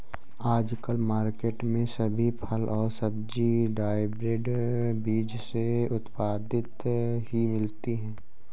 आजकल मार्केट में सभी फल और सब्जी हायब्रिड बीज से उत्पादित ही मिलती है